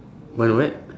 one what